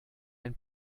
ein